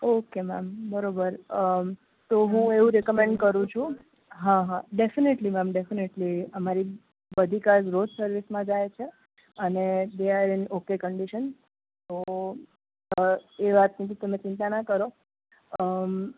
okay ma'am બરાબર તો હું એવું રિકમેન્ડ કરું છું હં હં ડેફિનેટલી મેમ ડેફિનેટલી અમારી બધી કાર રોજ સર્વિસમાં જાય છે અને they are in okay condition તો અ એ વાતની તમે ચિંતા ના કરો ઓકે મેંમ બરાબર અ તો હું એવું રિકમેન્ડ કરું છું હા હા ડેફિનેટલી મેંમ ડેફિનેટલી